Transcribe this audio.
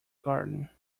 garden